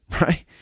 Right